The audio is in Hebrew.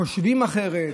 חושבים אחרת,